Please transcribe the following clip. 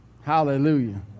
Hallelujah